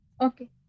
Okay